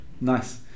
nice